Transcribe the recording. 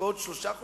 מתאים,